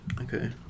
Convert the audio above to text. Okay